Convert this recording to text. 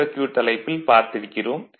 circuit தலைப்பில் பார்த்திருக்கிறோம்